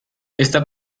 esta